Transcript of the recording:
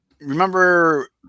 remember